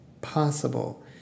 possible